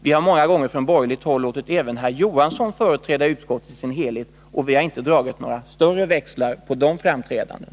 Vi har många gånger på borgerligt håll låtit även herr Johansson företräda utskottet i dess helhet utan att dra några större växlar på dessa framträdanden.